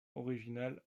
originale